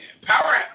Power